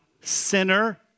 sinner